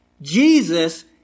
Jesus